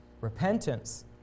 Repentance